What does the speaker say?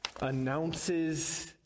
announces